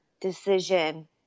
decision